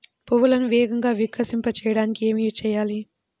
పువ్వులను వేగంగా వికసింపచేయటానికి ఏమి చేయాలి?